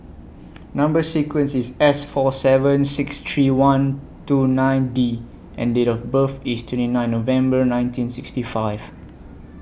Number sequence IS S four seven six three one two nine D and Date of birth IS twenty nine November nineteen sixty five